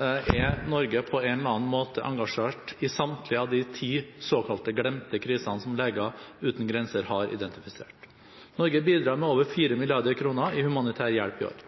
er Norge – på en eller annen måte – engasjert i samtlige av de ti såkalte glemte krisene som Leger Uten Grenser har identifisert. Norge bidrar med over 4 mrd. kr i humanitær hjelp i år.